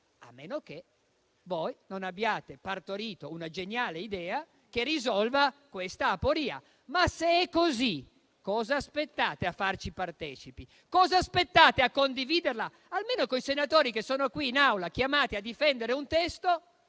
a meno che voi non abbiate partorito una geniale idea che risolva questa aporia: ma se è così, che cosa aspettate a farcene partecipi? Che cosa aspettate a condividerla, almeno con i senatori che sono qui in Aula chiamati a difendere un testo,